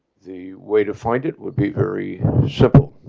the way to find it would be very simple.